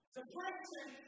Depression